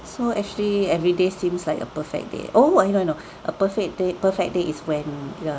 so actually everyday seems like a perfect day oh I know I know a perfect day perfect day is when you're